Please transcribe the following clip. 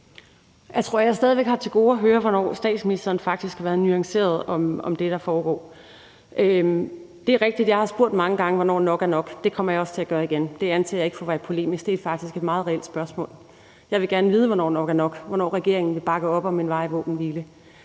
Jeg tror, jeg stadig væk har til gode at høre, hvornår statsministeren faktisk har været nuanceret om det, der foregår. Det er rigtigt, at jeg mange gange har spurgt, hvornår nok er nok, og det kommer jeg også til at gøre igen. Det anser jeg ikke for at være polemisk. Det er faktisk et meget reelt spørgsmål. Jeg vil gerne vide, hvornår nok er nok – hvornår regeringen vil bakke op om en varig våbenhvile.